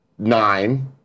Nine